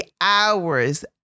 hours